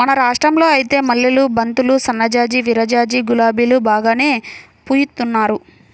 మన రాష్టంలో ఐతే మల్లెలు, బంతులు, సన్నజాజి, విరజాజి, గులాబీలు బాగానే పూయిత్తున్నారు